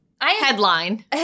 headline